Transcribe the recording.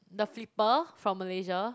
the flipper from Malaysia